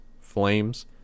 flames